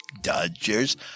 Dodgers